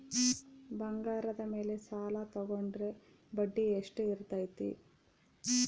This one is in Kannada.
ಬಂಗಾರದ ಮೇಲೆ ಸಾಲ ತೋಗೊಂಡ್ರೆ ಬಡ್ಡಿ ಎಷ್ಟು ಇರ್ತೈತೆ?